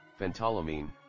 Phentolamine